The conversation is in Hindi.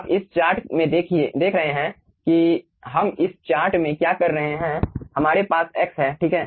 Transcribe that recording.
आप इस चार्ट में देख रहे हैं कि हम इस चार्ट में क्या कर रहे हैं हमारे पास x है ठीक